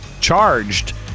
charged